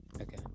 Okay